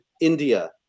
India